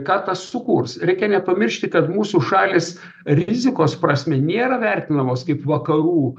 ką tas sukurs reikia nepamiršti kad mūsų šalys rizikos prasme nėra vertinamos kaip vakarų